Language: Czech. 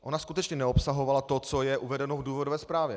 Ona skutečně neobsahovala to, co je uvedeno v důvodové zprávě.